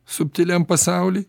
subtiliam pasauly